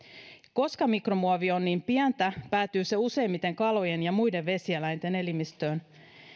koska mikromuovi on niin pientä päätyy se useimmiten kalojen ja muiden vesieläinten elimistöön